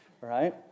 right